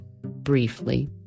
Briefly